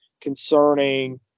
concerning